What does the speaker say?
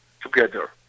together